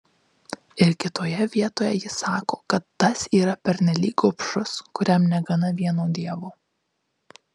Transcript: ir kitoje vietoje jis sako kad tas yra pernelyg gobšus kuriam negana vieno dievo